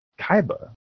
Kaiba